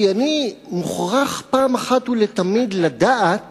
כי אני מוכרח פעם אחת ולתמיד לדעת